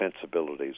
sensibilities